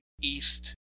east